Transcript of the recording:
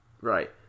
Right